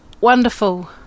wonderful